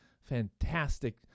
fantastic